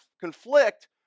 conflict